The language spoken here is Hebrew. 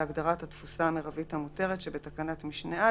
להגדרת התפוסה המרבית המותרת שבתקנת משנה (א).